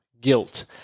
guilt